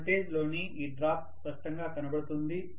వోల్టేజ్లోని ఈ డ్రాప్ స్పష్టంగా కనబడుతుంది